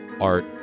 art